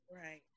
Right